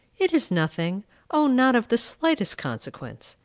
it is nothing o, not of the slightest consequence!